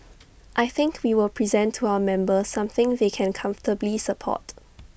I think we will present to our members something they can comfortably support